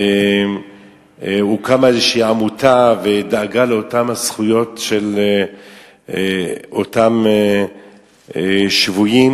הוקמה איזו עמותה ודאגה לאותן זכויות של אותם שבויים.